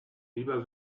lieber